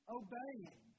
obeying